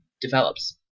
develops